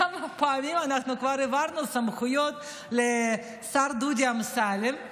כמה פעמים כבר העברנו סמכויות לשר דודי אמסלם,